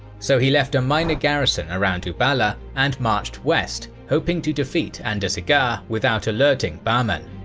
so, he left a minor garrison around uballa and marched west, hoping to defeat andarzaghar, without alerting bahman.